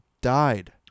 died